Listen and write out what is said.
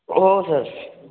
हो सर